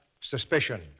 Suspicion